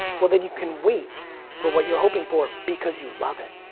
well then you can wait for what you're hoping for because you love it.